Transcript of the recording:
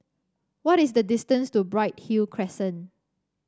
what is the distance to Bright Hill Crescent